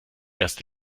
erste